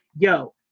yo